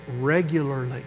regularly